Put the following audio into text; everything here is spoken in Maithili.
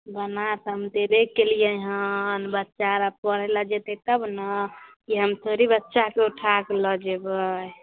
बना तऽ हम देबे केलियै हन बच्चा आर पढ़य लै जेतै तब ने कि हम थोड़ी बच्चाकेँ उठाके लऽ जयबै य